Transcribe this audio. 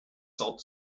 salt